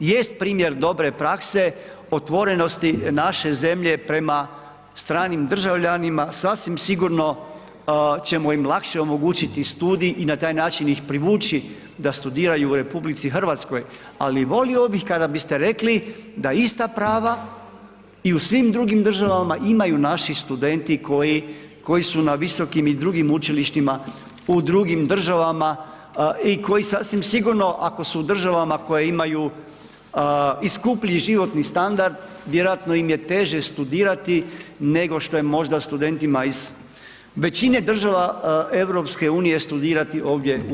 Jest primjer dobre prakse, otvorenosti naše zemlje prema stranim državljanima sasvim sigurno ćemo im lakše omogućiti studij i na taj način ih privući da studiraju u RH, ali volio bih kada biste rekli da ista prava i u svim državama imaju naši studenti koji, koji su na visokim i drugim učilištima u drugim državama i koji sasvim sigurno ako su u državama koje imaju i skuplji životni standard, vjerojatno im je teže studirati nego što je možda studentima iz većine država EU studirati ovdje u RH.